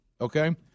okay